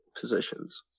positions